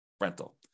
rental